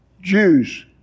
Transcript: Jews